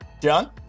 John